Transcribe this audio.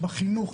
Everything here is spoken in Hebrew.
בחינוך,